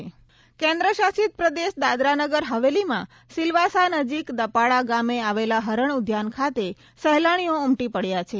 સિલવાસા હરણઉદ્યાન કેન્દ્રશાસિત પ્રદેશ દાદરાનગરહવેલીમાં સિલવાસા નજીક દપાડા ગામે આવેલા હરણ ઉઘાન ખાતે સહેલાણીઓ ઉમટી પડ્યાં છે